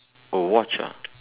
oh watch lah